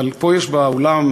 אבל יש פה באולם,